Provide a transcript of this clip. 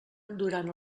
durant